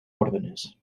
órdenes